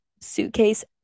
suitcase